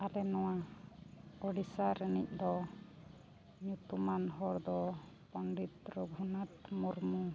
ᱟᱞᱮ ᱱᱚᱣᱟ ᱳᱰᱤᱥᱟ ᱨᱮᱱᱤᱡ ᱫᱚ ᱧᱩᱛᱩᱢᱟᱱ ᱦᱚᱲ ᱫᱚ ᱯᱚᱱᱰᱤᱛ ᱨᱟᱹᱜᱷᱩᱱᱟᱛ ᱢᱩᱨᱢᱩ